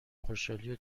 خوشحالیو